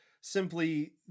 simply